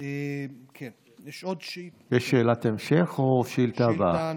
יש שאלת המשך או השאילתה הבאה?